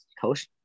Coach